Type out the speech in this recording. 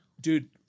dude